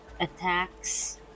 attacks